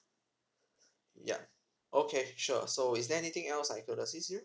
yup okay sure so is there anything else I could assist you